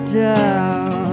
down